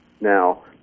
now